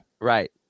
right